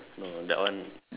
no that one